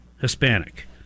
Hispanic